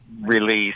release